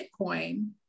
Bitcoin